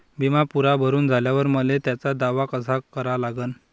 बिमा पुरा भरून झाल्यावर मले त्याचा दावा कसा करा लागन?